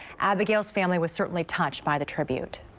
abigail family was certainly touched by the tribute.